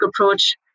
approach